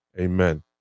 Amen